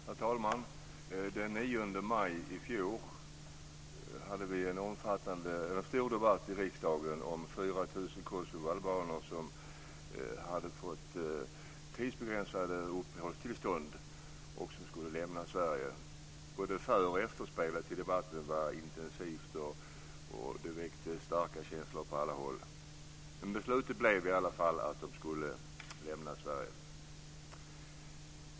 Herr talman! Den 9 maj i fjol hade vi en stor debatt i riksdagen om 4 000 kosovoalbaner som hade fått tidsbegränsade uppehållstillstånd och som skulle lämna Sverige. Både för och efterspelet till debatten var intensivt, och det väckte starka känslor på alla håll. Beslutet blev i alla fall att de skulle lämna Sverige.